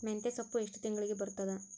ಮೆಂತ್ಯ ಸೊಪ್ಪು ಎಷ್ಟು ತಿಂಗಳಿಗೆ ಬರುತ್ತದ?